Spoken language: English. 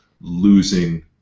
losing